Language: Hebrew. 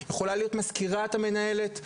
יכולה להיות מזכירת המנהלת,